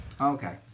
Okay